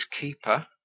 keeper